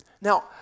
Now